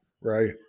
Right